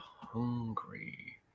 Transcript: hungry